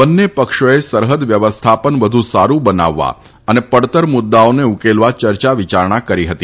બંને પક્ષોએ સરહદ વ્યવસ્થાપન વધુ સારુ બનાવવા અને પડતર મુદ્દાઓને ઉકેલવા ચર્ચા વિચારણા કરી હતી